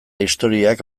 historiak